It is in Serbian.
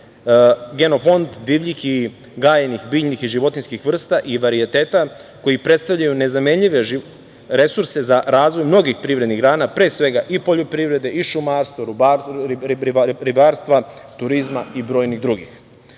genofond divljih i gajenih biljnih i životinjskih vrsta i varijeteta, koji predstavljaju nezamenljive resurse za razvoj mnogih privrednih grana, pre svega i poljoprivrede, i šumarstvo, ribarstva, turizma i brojnih drugih. Kao